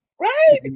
right